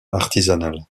artisanales